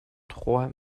trois